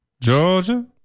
Georgia